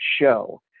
show